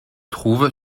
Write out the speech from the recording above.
trouve